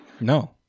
No